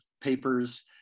papers